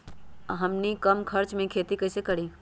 हमनी कम खर्च मे खेती कई से करी?